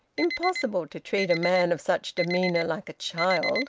impossible to treat a man of such demeanour like a child.